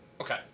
Okay